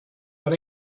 but